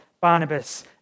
Barnabas